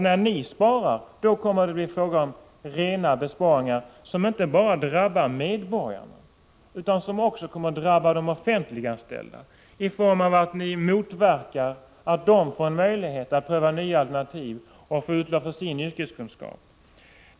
När ni sparar kommer det att bli fråga om besparingar som inte bara drabbar medborgarna utan som också kommer att drabba de offentliganställda, i form av att ni motverkar att de får möjlighet att pröva nya alternativ och få utlopp för sin yrkeskunskap.